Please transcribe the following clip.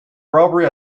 robbery